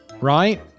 right